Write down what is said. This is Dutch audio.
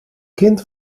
kind